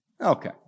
Okay